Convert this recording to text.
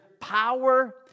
power